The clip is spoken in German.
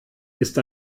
ist